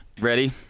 Ready